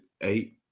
eight